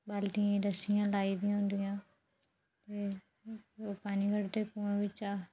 बालटियें गी रस्सियां लाई दियां होंदिया ते पानी कड्ढदे कुंए बिच्चा